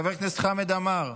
חבר הכנסת חמד עמאר.